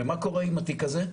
ומה קורה עם התיק הזה?